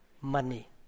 money